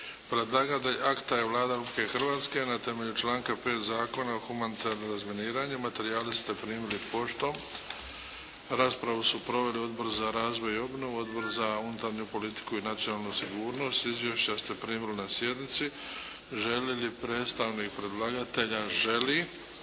Predlagatelj akta je Vlada Republike Hrvatske Na temelju članka Predzakona o humanitarnom razminiravanju. Materijale ste primili poštom. Raspravu su proveli Odbor za razvoj i obnovu, Odbor za unutarnju politiku i nacionalnu sigurnost. Izvješća ste primili na sjednici. Želi li predstavnik predlagatelja? Želi.